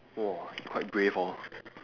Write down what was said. !wah! quite brave hor